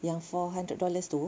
yang four hundred dollars tu